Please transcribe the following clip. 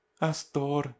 Astor